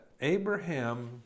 Abraham